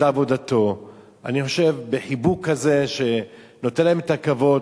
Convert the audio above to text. עבודתו בחיבוק כזה שנותן להם את הכבוד